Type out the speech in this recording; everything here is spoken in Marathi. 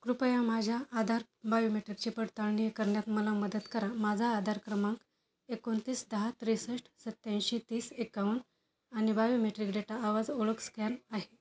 कृपया माझ्या आधार बायोमेट्रिकची पडताळणी करण्यात मला मदत करा माझा आधार क्रमांक एकोणतीस दहा त्रेसष्ट सत्याऐंशी तीस एकावन्न आणि बायोमेट्रिक डेटा आवाज ओळख स्कॅन आहे